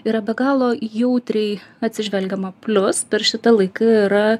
yra be galo jautriai atsižvelgiama plius per šitą laiką yra